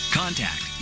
contact